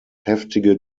heftige